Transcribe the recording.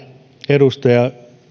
edustaja